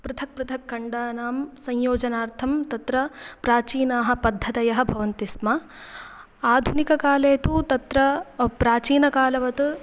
पृथक् पृथक् खण्डानां संयोजनार्थं तत्र प्राचीनाः पद्धतयः भवन्ति स्म आधुनिककाले तु तत्र प्राचीनकालवत्